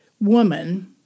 woman